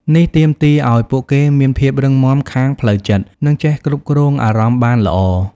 នេះទាមទារឲ្យពួកគេមានភាពរឹងមាំខាងផ្លូវចិត្ត និងចេះគ្រប់គ្រងអារម្មណ៍បានល្អ។